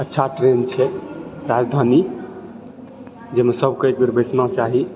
अच्छा ट्रेन छै राजधानी जाहिमे सभके एक बेर बैसना चाही